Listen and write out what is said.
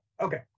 Okay